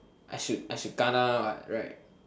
I should I should kena what right